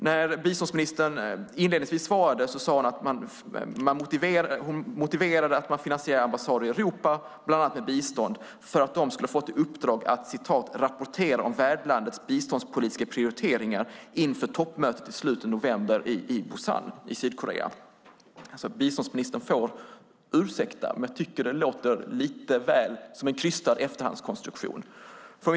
Att man finansierar ambassader i Europa bland annat med bistånd motiverade biståndsministern inledningsvis med att de skulle ha fått i uppdrag att rapportera om värdlandets biståndspolitiska prioriteringar inför toppmötet i slutet av november i Pusan i Sydkorea. Biståndsministern får ursäkta, men jag tycker att det låter lite väl mycket som en krystad efterhandskonstruktion.